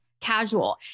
casual